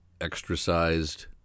Extra-sized